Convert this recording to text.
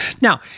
Now